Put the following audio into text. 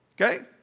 okay